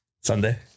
Sunday